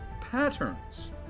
Patterns